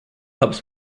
helps